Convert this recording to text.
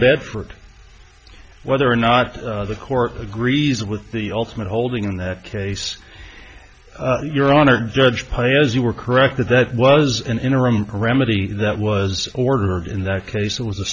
bedford whether or not the court agrees with the ultimate holding in that case your honor judge high as you were correct that that was an interim remedy that was ordered in that case it was a